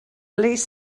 least